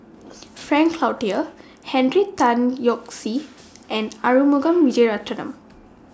Frank Cloutier Henry Tan Yoke See and Arumugam Vijiaratnam